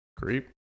Creep